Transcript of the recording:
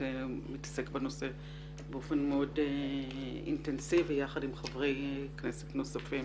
מתעסק בנושא באופן מאוד אינטנסיבי יחד עם חברי כנסת נוספים